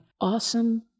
awesome